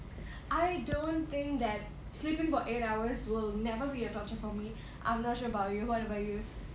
I don't think that sleeping for eight hours will never be a torture for me I'm not sure about you what about you